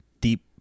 Deep